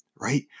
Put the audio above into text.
right